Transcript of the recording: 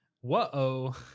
Whoa